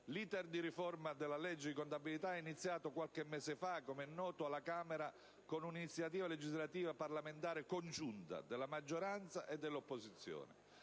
L'*iter* di riforma della legge di contabilità è iniziato qualche mese fa, come è noto, alla Camera con un'iniziativa legislativa parlamentare congiunta della maggioranza e dell'opposizione.